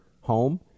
home